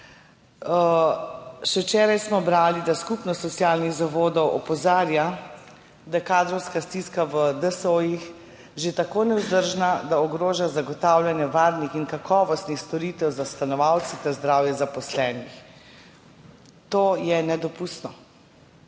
Še včeraj smo brali, da Skupnost socialnih zavodov opozarja, da je kadrovska stiska v DSO-jih že tako nevzdržna, da ogroža zagotavljanje varnih in kakovostnih storitev za stanovalce ter zdravje zaposlenih. To je nedopustno.